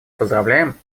поздравляем